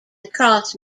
across